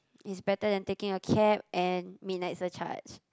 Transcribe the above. is better than taking a cab and midnight surcharge